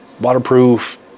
waterproof